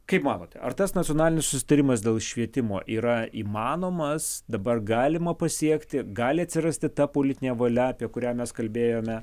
kaip manote ar tas nacionalinis susitarimas dėl švietimo yra įmanomas dabar galima pasiekti gali atsirasti ta politinė valia apie kurią mes kalbėjome